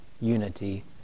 unity